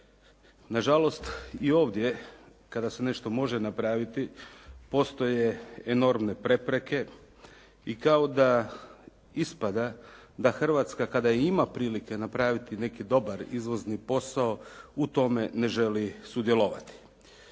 Nažalost i ovdje kada se nešto može napraviti, postoje enormne prepreke i kao da ispada da Hrvatska kada i ima prilike napraviti neki dobar izvozni posao u tome ne želi sudjelovati.